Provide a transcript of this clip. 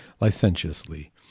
licentiously